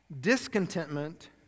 Discontentment